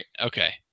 Okay